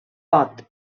pot